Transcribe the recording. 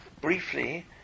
briefly